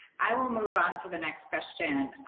i will move onto the next question.